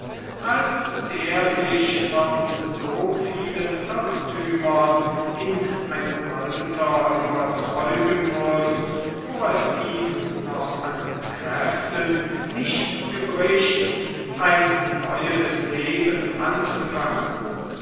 als der sich von so vielen irrtümern in einem alter überzeugen muß wo es ihm noch an kräften nicht gebricht ein neues leben anzufangen